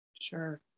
Sure